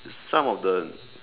some of the